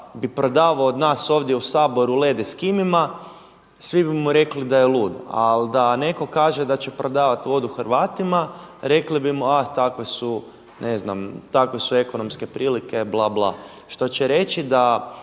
bi prodavao ovdje od nas u Saboru led Eskimima, svi bi mu rekli da je lud, ali da netko kaže da će prodavati vodu Hrvatima rekli bi mu a takve su ekonomske prilike, bla, bla. Što će reći da